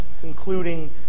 concluding